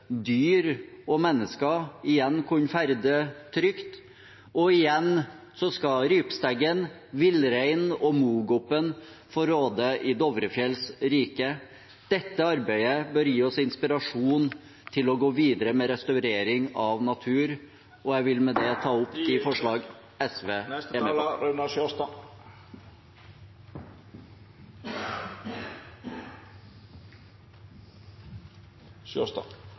dyr og mennesker igjen kunne ferdes trygt, og igjen skulle rypesteggen, villreinen og mogopen få råde i Dovrefjells rike. Dette arbeidet bør gi oss inspirasjon til å gå videre med restaurering av natur, og jeg vil med det ta opp